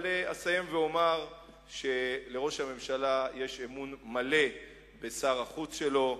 אסיים ואומר שלראש הממשלה יש אמון מלא בשר החוץ שלו.